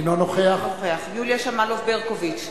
אינו נוכח יוליה שמאלוב-ברקוביץ,